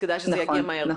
כדאי שזה יגיע מהר.